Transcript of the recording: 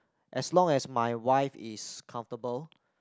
as long as my wife is comfortable